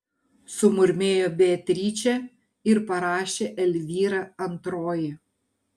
sumurmėjo beatričė ir parašė elvyra antroji